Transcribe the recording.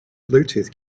bluetooth